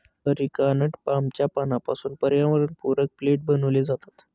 areca nut पामच्या पानांपासून पर्यावरणपूरक प्लेट बनविले जातात